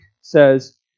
says